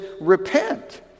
Repent